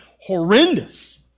horrendous